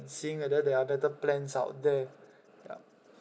and seeing whether there are better plans out that ya